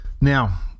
Now